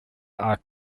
are